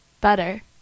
better